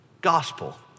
gospel